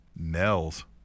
Nels